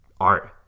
art